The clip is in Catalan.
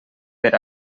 per